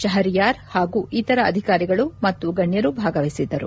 ಶಪರಿಯಾರ್ ಹಾಗೂ ಇತರ ಅಧಿಕಾರಿಗಳು ಮತ್ತು ಗಣ್ಣರು ಭಾಗವಹಿಸಿದ್ದರು